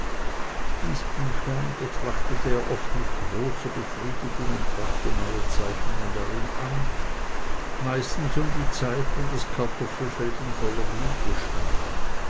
dies büchlein betrachtete er oft mit großer befriedigung und brachte neue zeichnungen darin an meistens um die zeit wenn das kartoffelfeld in voller blüte stand